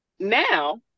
Now